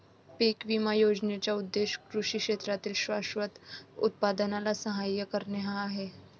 पीक विमा योजनेचा उद्देश कृषी क्षेत्रातील शाश्वत उत्पादनाला सहाय्य करणे हा आहे